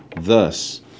Thus